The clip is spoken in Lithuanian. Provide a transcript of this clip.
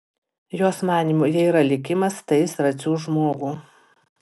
jos manymu jei yra likimas tai jis ir atsiųs žmogų